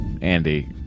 Andy